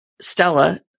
Stella